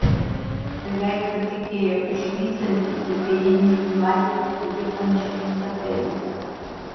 beveik patikėjo išvysianti įvijiniais laiptais nulipančią izabelę